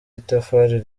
itafari